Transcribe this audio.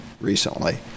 recently